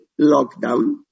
lockdown